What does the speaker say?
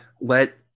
Let